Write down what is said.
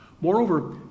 Moreover